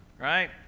right